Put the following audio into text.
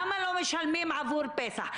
למה לא משלמים עבור פסח?